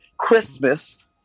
Christmas